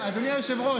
אדוני היושב-ראש,